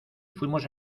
fuimos